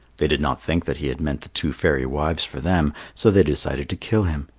they did not think that he had meant the two fairy wives for them, so they decided to kill him.